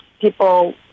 people